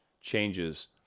changes